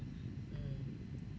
mm